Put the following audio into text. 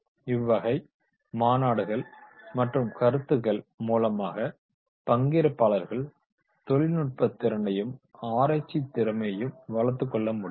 இவ்வகை மாநாடுகள் மற்றும் கருத்தரங்குகள் மூலமாக பங்கேற்பாளர்கள் தொழில்நுட்பத் திறனையும் ஆராய்ச்சித் திறமையையும் வளர்த்துக் கொள்ள முடியும்